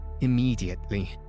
Immediately